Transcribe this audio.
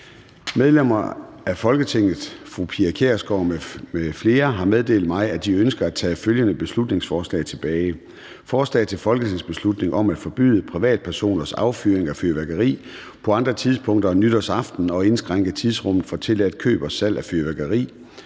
Medlemmer af Folketinget Pia Kjærsgaard (DF) m.fl. har meddelt mig, at de ønsker at tage følgende beslutningsforslag tilbage: Forslag til folketingsbeslutning om at forbyde privatpersoners affyring af fyrværkeri på andre tidspunkter end nytårsaften og indskrænke tidsrummet for tilladt køb og salg af fyrværkeri.